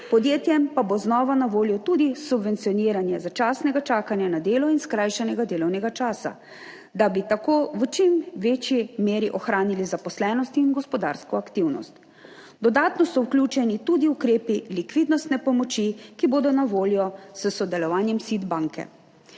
podjetjem pa bo znova na voljo tudi subvencioniranje začasnega čakanja na delo in skrajšanega delovnega časa, da bi tako v čim večji meri ohranili zaposlenost in gospodarsko aktivnost. Dodatno so vključeni tudi ukrepi likvidnostne pomoči, ki bodo na voljo s sodelovanjem SID banke.